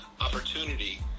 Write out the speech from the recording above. opportunity